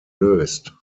löst